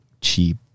cheap